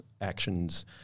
actions